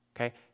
okay